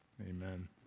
Amen